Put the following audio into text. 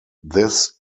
this